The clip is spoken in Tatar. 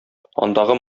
андагы